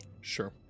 sure